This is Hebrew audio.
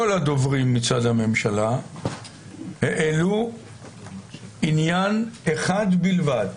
כל הדוברים מצד הממשלה העלו עניין אחד בלבד,